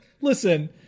listen